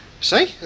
See